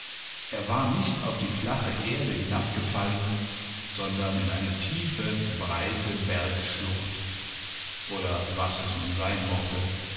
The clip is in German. er war nicht auf die flache erde hinabgefallen sondern in eine tiefe breite bergschlucht oder was es nun sein mochte